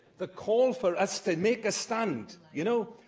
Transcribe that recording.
the call for us to make a stand, you know?